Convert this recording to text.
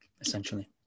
essentially